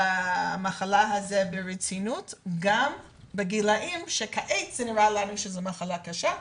למחלה הזאת ברצינות גם בגילאים שכעת זה נראה לנו שזו מחלה קשה,